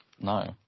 No